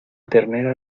ternera